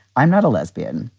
i'm not a lesbian.